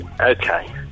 Okay